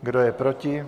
Kdo je proti?